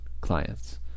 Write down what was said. clients